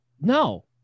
no